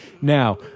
Now